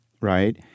right